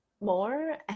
more